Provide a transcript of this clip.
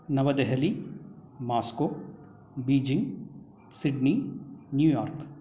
Navadehali Moscow Beijing Sydney New York